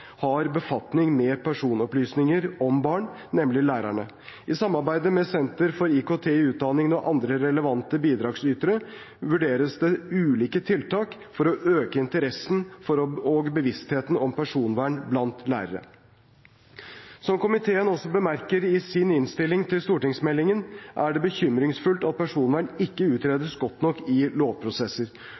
har befatning med personopplysninger om barn, nemlig lærerne. I samarbeid med Senter for IKT i utdanningen og andre relevante bidragsytere vurderes det ulike tiltak for å øke interessen for og bevisstheten om personvern blant lærere. Som komiteen også bemerker i sin innstilling til stortingsmeldingen, er det bekymringsfullt at personvern ikke utredes godt nok i lovprosesser.